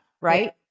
Right